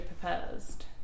proposed